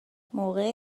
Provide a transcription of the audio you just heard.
موقع